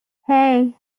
hey